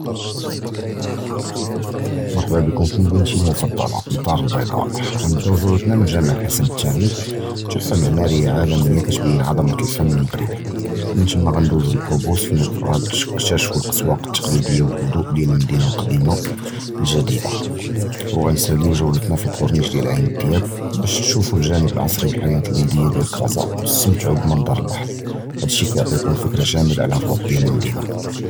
מַרְחְבָּא בִּיכּוּם פִי מְדִינְתִי הַמּוּפַדָּלָה, אֱלְדַאר אַלבַּיְדָא גַנְבְּדָּאוּ גּוּלְתְּנָא מִן גּ'אמַע אַלחַסַּן אַתְתַּאנִי תֻּחְפַּה מִעמָארִיָּה עָלָמִיָּה, קִתְבִּין עֻזְמַת הַפֻּןּ הַמַּרְבִּגִּי. וּמִתַּמָּא גַּאנְדּוּזוּ לַלְחֻבּוּס פִיֵן גַּתְקִתַּאשְפּוּוּ אַלְאָסְוּאק אַלְתַקְלִידִיָּה וְהַדּוּאוּء דִיַּל הַמְּדִינָה הַקַּדִימָה וְהַגְּדִידָה, וְגַאנְסַאלִיוּ גּוּלְתְּנָא פִי קוֹרְנִיש דִיַּל עַיִן אַלְדִיַאבּ בַּשּׁ תִּשּוּפוּוּ הַגַּ'נְבּ אַלְעַסְרִי וְהַחַיַאת אַללַיִלִיָּה דִיַּל קַאזָא וְתִסְתַמְתְּעוּוּ מִן נַצַּר אַלְבַּחְר, הַדִּיּ שִי קִיְעַטִי לִיכּוּם פִיקְרָה זְווִינָה עַל הַרוּח דִיַּל הַמְּדִינָה.